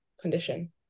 condition